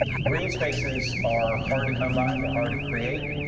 green spaces are hard to come by. and they're hard to create.